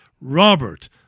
Robert